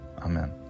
Amen